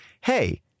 hey